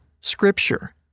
Scripture